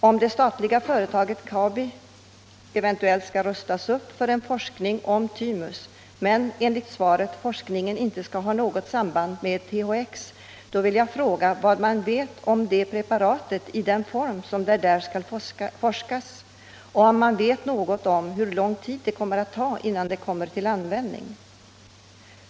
Om det statliga företaget Kabi skall rustas upp för forskning om thymus men -— enligt svaret — forskningen inte skall ha något samband med THX, då vill jag fråga vad man vet om det preparat som det där skall forskas om och hur lång tid det kommer att ta innan det kan komma till användning.